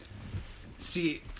see